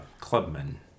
Clubman